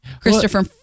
Christopher